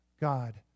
God